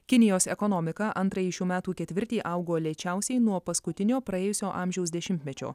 kinijos ekonomika antrąjį šių metų ketvirtį augo lėčiausiai nuo paskutinio praėjusio amžiaus dešimtmečio